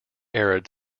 arid